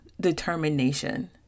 determination